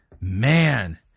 Man